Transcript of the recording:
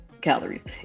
calories